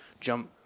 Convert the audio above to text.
jump